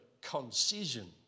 concision